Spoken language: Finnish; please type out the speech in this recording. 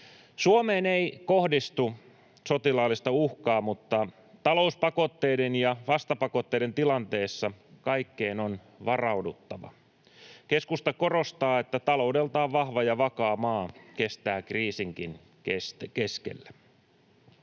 Suomeen ei kohdistu sotilaallista uhkaa, mutta talouspakotteiden ja vastapakotteiden tilanteessa kaikkeen on varauduttava. Keskusta korostaa, että taloudeltaan vahva ja vakaa maa kestää kriisinkin keskellä.